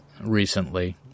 recently